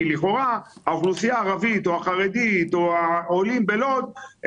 כי לכאורה האוכלוסייה הערבית או החרדית או העולים בלוד הם